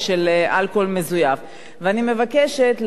ואני מבקשת להעביר את החוק הזה בקריאה ראשונה.